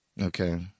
Okay